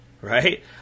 Right